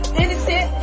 innocent